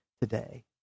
today